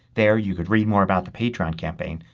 there you can read more about the patreon campaign.